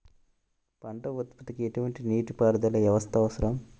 పంట ఉత్పత్తికి ఎటువంటి నీటిపారుదల వ్యవస్థ అవసరం?